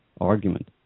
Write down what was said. argument